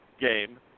game